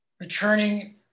returning